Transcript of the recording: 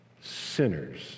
sinners